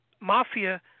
mafia